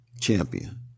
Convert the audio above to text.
champion